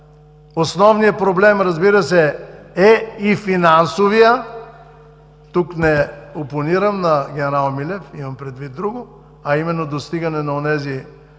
Основният проблем, разбира се, е и финансовият. Тук не опонирам на генерал Милев, имам предвид друго, а именно достигането на онези